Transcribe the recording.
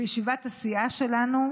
בישיבת הסיעה שלנו,